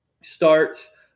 Starts